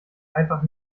einfach